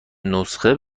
نسخه